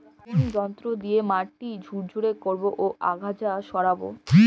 কোন যন্ত্র দিয়ে মাটি ঝুরঝুরে করব ও আগাছা সরাবো?